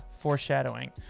foreshadowing